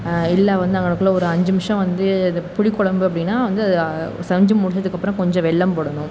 இல்லை வந்து அங்கனக்குள்ள ஒரு அஞ்சிமிஷோம் வந்து இது புளி கொழம்பு அப்படினா வந்து அதை செஞ்சு முடிஞ்சதுக்கப்புறம் கொஞ்சம் வெல்லம் போடணும்